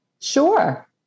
Sure